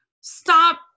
stop